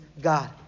God